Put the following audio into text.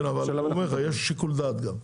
כן אבל הוא אומר לך יש שיקול דעת גם,